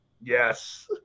Yes